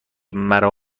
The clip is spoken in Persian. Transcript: مرا